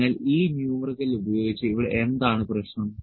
അതിനാൽ ഈ ന്യൂമെറിക്കൽ ഉപയോഗിച്ച് ഇവിടെ എന്താണ് പ്രശ്നം